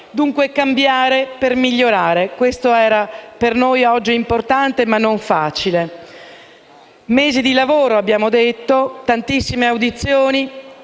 Dunque cambiare per migliorare: questo era per noi importante, ma non facile. Mesi di lavoro, tantissime audizioni